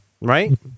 Right